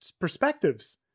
perspectives